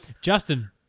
Justin